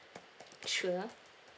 sure